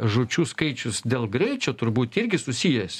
žūčių skaičius dėl greičio turbūt irgi susijęs